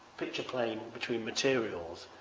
picture plane, between materials.